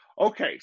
Okay